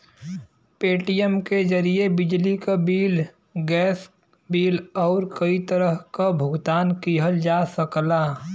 Paytm के जरिये बिजली क बिल, गैस बिल आउर कई तरह क भुगतान किहल जा सकला